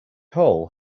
hole